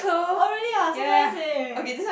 oh really ah so nice eh